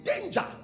danger